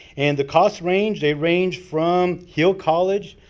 and the costs range. they range from hill college.